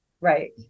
Right